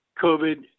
COVID